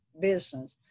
business